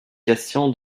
question